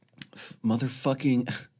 motherfucking